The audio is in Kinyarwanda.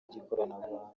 ry’ikoranabuhanga